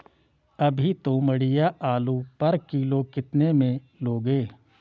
अभी तोमड़िया आलू पर किलो कितने में लोगे?